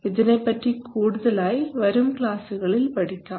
ഇതിനെപറ്റി കൂടുതലായി വരും ക്ലാസുകളിൽ പഠിക്കാം